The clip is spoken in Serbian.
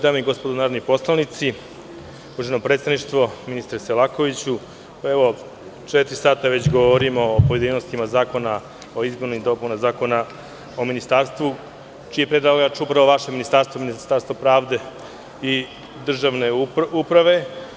Dame i gospodo narodni poslanici, uvaženo predsedništvo, ministre Selakoviću, već četiri sata govorimo o pojedinostima Zakona o izmenama i dopunama Zakona o ministarstvima, čiji je predlagač upravo vaše Ministarstvo pravde i državne uprave.